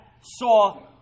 saw